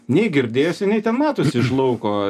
nei girdėsi nei ten matosi iš lauko